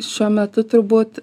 šiuo metu turbūt